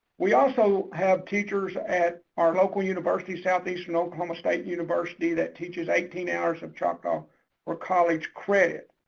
we also have teachers at our local university southeastern oklahoma state university that teaches eighteen hours of choctaw for college credit.